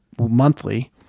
monthly